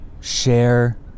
share